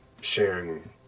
sharing